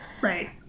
Right